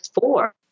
four